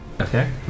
Okay